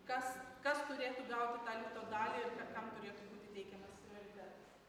kas kas turėtų gauti tą liūto dalį ir ka kam turėtų būti teikiamas prioritetas